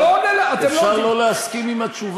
הוא לא עונה --- אפשר לא להסכים עם התשובה,